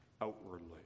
outwardly